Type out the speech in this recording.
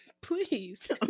Please